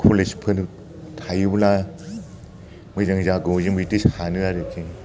कलेजफोर थायोब्ला मोजां जागौ जों बिदि सानो आरोखि